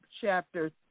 chapter